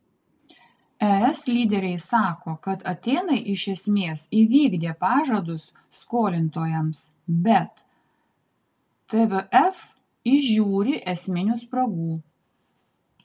es lyderiai sako kad atėnai iš esmės įvykdė pažadus skolintojams bet tvf įžiūri esminių spragų